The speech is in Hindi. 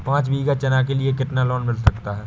पाँच बीघा चना के लिए कितना लोन मिल सकता है?